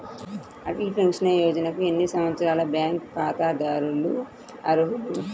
Atal pension యోజనకు ఎన్ని సంవత్సరాల బ్యాంక్ ఖాతాదారులు అర్హులు?